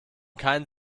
keinen